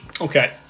Okay